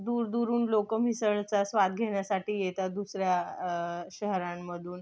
दूरदूरून लोक मिसळचा स्वाद घेण्यासाठी येतात दुसऱ्या शहरांमधून